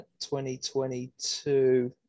2022